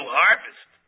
harvest